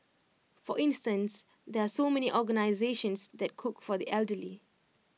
for instance there are so many organisations that cook for the elderly